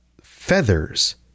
feathers